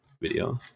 video